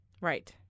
Right